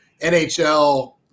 NHL